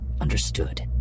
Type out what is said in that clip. understood